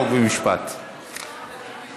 חוק ומשפט נתקבלה.